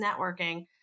networking